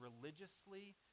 religiously